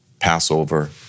Passover